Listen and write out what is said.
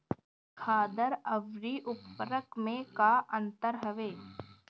खादर अवरी उर्वरक मैं का अंतर हवे?